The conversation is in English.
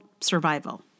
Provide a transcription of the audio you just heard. survival